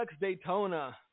Daytona